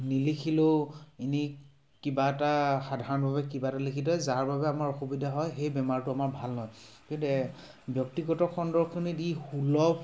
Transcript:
নিলিখিলেও এনেই কিবা এটা সাধাৰণভাৱে কিবা এটা লিখি থয় যাৰ বাবে আমাৰ অসুবিধা হয় সেই বেমাৰটো আমাৰ ভাল নহয় কিন্তু ব্যক্তিগত খণ্ডৰ খনেদি সুলভ